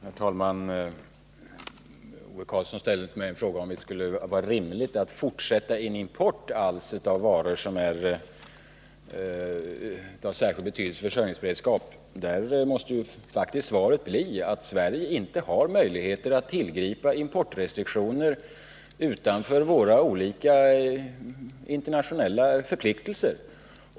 Herr talman! Ove Karlsson ställde till mig frågan om det skulle vara rimligt att alls fortsätta en import av varor som är av särskild betydelse för vår försörjningsberedskap. Svaret måste faktiskt bli att Sverige inte har möjligheter att tillgripa importrestriktioner utanför ramen för våra internationella förpliktelser.